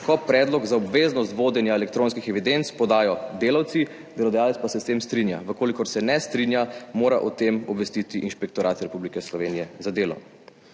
ko predlog za obveznost vodenja elektronskih evidenc podajo delavci, delodajalec pa se s tem strinja. V kolikor se ne strinja, mora o tem obvestiti Inšpektorat Republike Slovenije za delo.